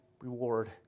reward